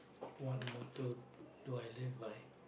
what motto do I live by